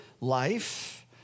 life